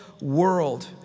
world